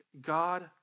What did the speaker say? God